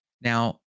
Now